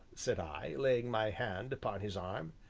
said i, laying my hand upon his arm.